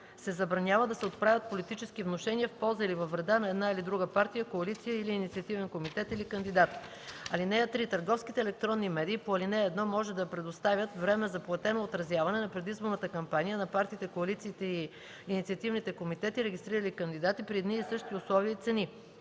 се забранява да се отправят политически внушения в полза или във вреда на една или друга партия, коалиция или инициативен комитет или кандидат. (3) Търговските електронни медии по ал. 1 може да предоставят време за платено отразяване на предизборната кампания на партиите, коалициите и инициативните комитети, регистрирали кандидати, при едни и същи условия и цени.